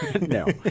No